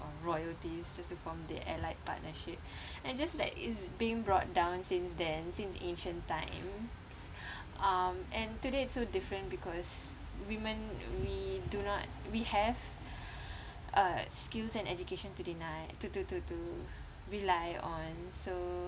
or royalties just to form the allied partnership and just like it's being brought down since then since ancient times um and today it's so different because women we do not we have uh skills and education to deny to to to to rely on so